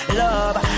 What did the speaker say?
love